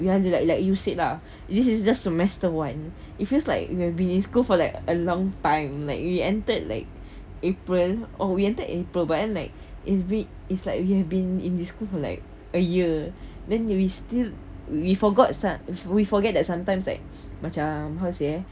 we are like like you said lah this is just semester one it feels like we have been in school for like a long time like we entered like april oh we entered april but like it's bee~ it's like we have been in the school for like a year then we still we forgot some if we forget that sometimes like macam how to say